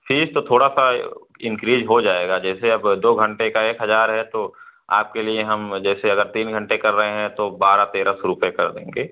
fees तो थोड़ा सा इंक्रीज हो जाएगा जैसे अब दो घंटे का एक हजार है तो आपके लिए हम जैसे अगर तीन घंटे कर रहे हैं तो बारह तेरह सौ रुपये कर देंगे